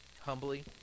Humbly